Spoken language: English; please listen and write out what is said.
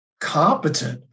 competent